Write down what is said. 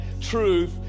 truth